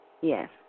Yes